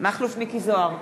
מכלוף מיקי זוהר,